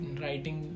writing